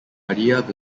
hadiah